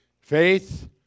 Faith